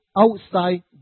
outside